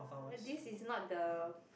this is not the